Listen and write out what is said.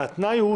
והתנאי הוא